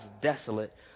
desolate